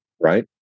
right